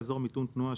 "אזור מיתון תנועה",